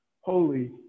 Holy